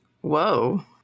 whoa